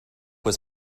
was